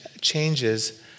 changes